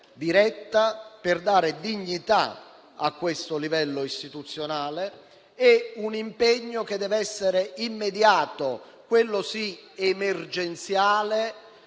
diretta, per dare dignità a quel livello istituzionale; un impegno che deve essere immediato, quello sì emergenziale,